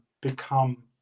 become